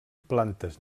plantes